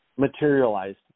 materialized